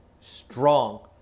strong